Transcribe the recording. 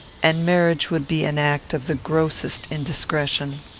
and marriage would be an act of the grossest indiscretion.